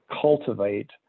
cultivate